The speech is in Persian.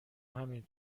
همین